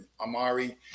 Amari